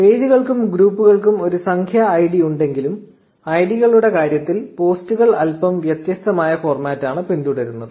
1635 പേജുകൾക്കും ഗ്രൂപ്പുകൾക്കും ഒരു സംഖ്യാ ഐഡി ഉണ്ടെങ്കിലും ഐഡികളുടെ കാര്യത്തിൽ പോസ്റ്റുകൾ അല്പം വ്യത്യസ്തമായ ഫോർമാറ്റാണ് പിന്തുടരുന്നത്